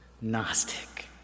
Gnostic